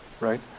right